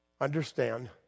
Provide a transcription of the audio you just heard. understand